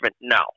no